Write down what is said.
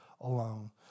alone